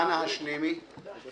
אנא, השלימי.